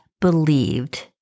believed